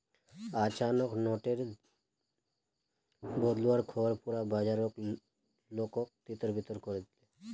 अचानक नोट टेर बदलुवार ख़बर पुरा बाजारेर लोकोत तितर बितर करे दिलए